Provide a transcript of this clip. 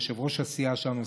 יושב-ראש הסיעה שלנו,